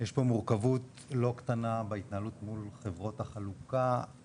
יש פה מורכבות לא קטנה בהתנהלות מול חברות החלוקה,